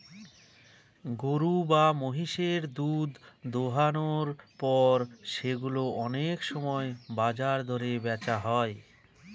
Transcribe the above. গরু বা মহিষের দুধ দোহানোর পর সেগুলো অনেক সময় বাজার দরে বেচা হয়